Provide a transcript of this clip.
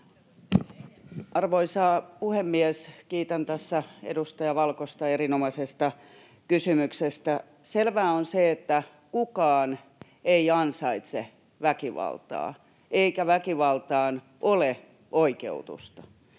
Arvoisa puhemies! Kiitän tässä edustaja Valkosta erinomaisesta kysymyksestä. Selvää on se, että kukaan ei ansaitse väkivaltaa eikä väkivaltaan ole oikeutusta.